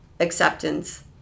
acceptance